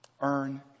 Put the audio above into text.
earn